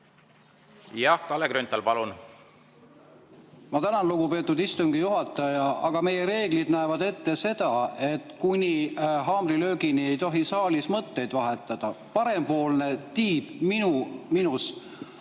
ma palun kordushääletust. Ma tänan, lugupeetud istungi juhataja! Aga meie reeglid näevad ette seda, et kuni haamrilöögini ei tohi saalis mõtteid vahetada. Parempoolne tiib minust,